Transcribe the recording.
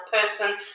person